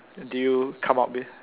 do you come up with